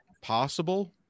possible